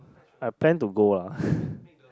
I plan to go lah